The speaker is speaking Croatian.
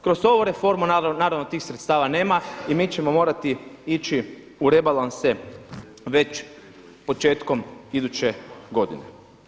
Kroz ovu reformu naravno tih sredstava nema i mi ćemo morati ići u rebalanse već početkom iduće godine.